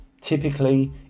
Typically